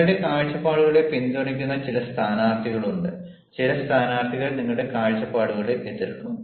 നിങ്ങളുടെ കാഴ്ചപ്പാടുകളെ പിന്തുണയ്ക്കുന്ന ചില സ്ഥാനാർത്ഥികളുണ്ട് ചില സ്ഥാനാർത്ഥികൾ നിങ്ങളുടെ കാഴ്ചപ്പാടുകളെ എതിർക്കും